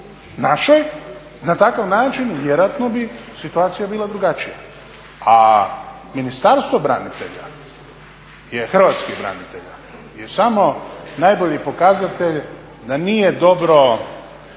našoj na takav način vjerojatno bi situacija bila drugačija. A Ministarstvo branitelja, Hrvatskih branitelja je samo najbolji pokazatelj da nije dobro